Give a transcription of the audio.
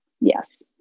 Yes